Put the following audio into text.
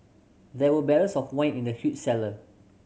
there were barrels of wine in the huge cellar